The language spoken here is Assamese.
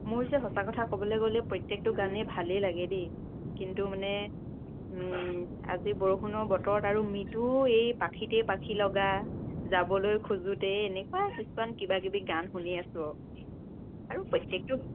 মোৰ যে সঁচা কথা ক'বলৈ গ'লে প্ৰত্যেকটো গানে ভালেই লাগে দেই কিন্তু মানে আজি বৰষুণৰ বতৰ আৰু মৃদ্যু এই পাখিতেই পাখি লগা যাবলৈ খোজোতেই এনেকুৱা কিছুমান কিবা কিবি গান শুনি আছো আও আৰু প্ৰত্যকটো